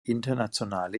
internationale